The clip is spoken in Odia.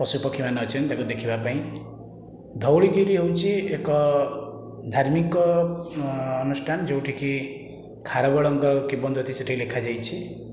ପଶୁପକ୍ଷୀମାନେ ଅଛନ୍ତି ତାକୁ ଦେଖିବା ପାଇଁ ଧଉଳିଗିରି ହଉଛି ଏକ ଧାର୍ମିକ ଅନୁଷ୍ଠାନ ଯେଉଁଠିକି ଖାରବେଳଙ୍କ କିମ୍ବଦନ୍ତୀ ସେଇଠି ଲେଖାଯାଇଛି